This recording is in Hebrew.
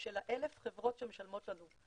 של 1,000 החברות שמשלמות לנו.